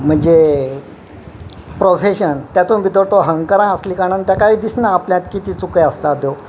म्हणजे प्रोफॅशन तातूंत भितर तो हंकरा आसले कारणान ताकाय दिसना आपल्यात कितें चुकी आसता त्यो